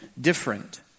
different